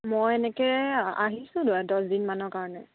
মই এনেকে আহিছোঁ ন দহদিনমানৰ কাৰণে